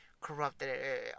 corrupted